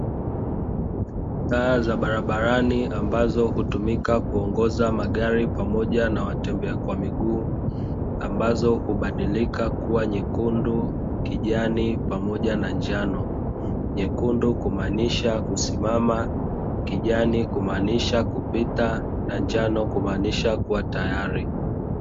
Taa za barabarani ambazo hutumika kuongoza magari pamoja na watembea kwa miguu, ambazo hubadilika kuwa nyekundu, kijani pamoja na njano, nyekundu kumaanisha kusimama, kijani kumaanisha kupita na njano kumaanisha kuwa tayari.